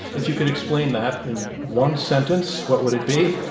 if you could explain that in one sentence, what would it be?